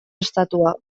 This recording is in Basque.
estatua